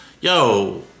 Yo